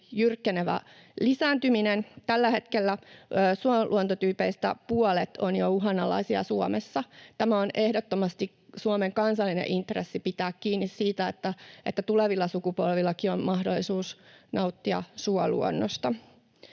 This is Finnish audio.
jyrkkenevä lisääntyminen. Tällä hetkellä Suomen suoluontotyypeistä jo puolet on uhanalaisia. On ehdottomasti Suomen kansallinen intressi pitää kiinni siitä, että tulevilla sukupolvillakin on mahdollisuus nauttia suoluonnosta.